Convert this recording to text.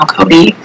Cody